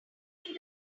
game